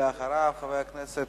ואחריו, חבר הכנסת